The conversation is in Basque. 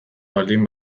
baldin